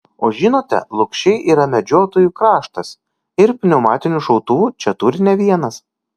o žinote lukšiai yra medžiotojų kraštas ir pneumatinių šautuvų čia turi ne vienas